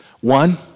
One